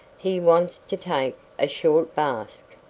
he wants to take a short bask.